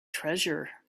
treasure